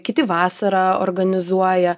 kiti vasarą organizuoja